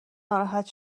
ناراحت